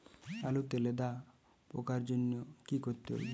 আলুতে লেদা পোকার জন্য কি করতে হবে?